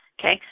okay